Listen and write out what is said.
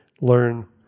learn